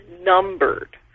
numbered